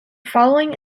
following